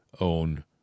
own